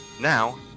Now